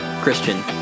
Christian